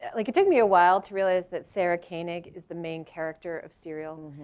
like it took me a while to realize that sarah koenig is the main character of serial.